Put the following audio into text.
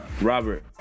robert